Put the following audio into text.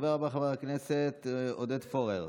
הדובר הבא, חבר הכנסת עודד פורר,